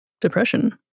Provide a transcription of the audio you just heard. depression